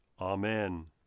Amen